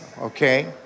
Okay